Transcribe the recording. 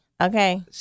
Okay